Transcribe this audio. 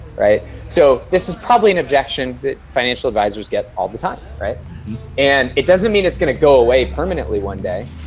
so this is probably an objection the financial advisors get all the time and it doesn't mean it's going to go away permanently one day.